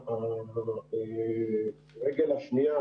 הרגל השנייה,